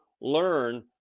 learn